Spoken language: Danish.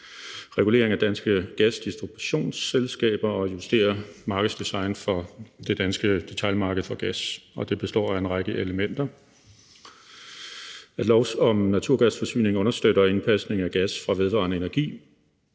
regulering af danske gasdistributionsselskaber og justering af markedsdesignet for det danske detailmarked for gas. Og det består af en række elementer. Lov om naturgasforsyning understøtter indpasning af gas fra vedvarende energi.